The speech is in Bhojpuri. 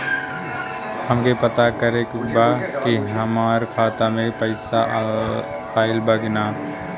हमके पता करे के बा कि हमरे खाता में पैसा ऑइल बा कि ना?